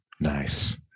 Nice